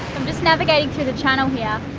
just navigating through the channel here,